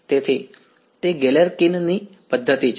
તેથી તે ગેલેર્કિનની galerkin's પદ્ધતિ છે